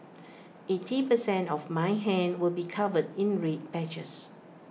eighty per cent of my hand will be covered in red patches